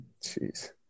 jeez